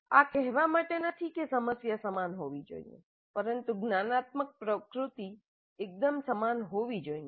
આ કહેવા માટે નથી કે સમસ્યા સમાન હોવી જોઈએ પરંતુ જ્ઞાનાત્મક પ્રકૃતિ એકદમ સમાન હોવી જોઈએ